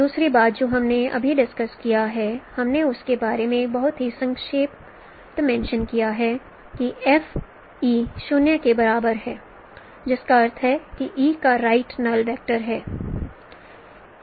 दूसरी बात जो हमने अभी डिस्कस्ड किया है हमने उसके बारे में एक बहुत ही संक्षिप्त मेंशं किया है कि F e 0 के बराबर है जिसका अर्थ है कि e का राइट नल्ल वेक्टर है